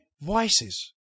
voices